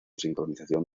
sincronización